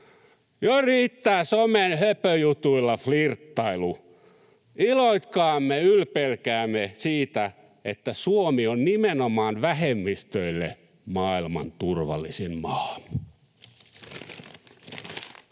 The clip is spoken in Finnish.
Jo riittää somen höpöjutuilla flirttailu. Iloitkaamme, ylpeilkäämme siitä, että Suomi on nimenomaan vähemmistöille maailman turvallisin maa.